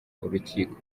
urukiko